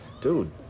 dude